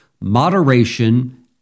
moderation